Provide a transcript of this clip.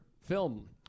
film